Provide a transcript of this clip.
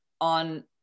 on